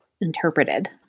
interpreted